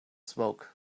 smoke